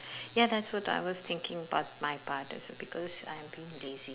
ya that's what I was thinking about my part as well because I'm being lazy